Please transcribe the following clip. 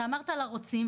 אתה אמרת על הרוצים,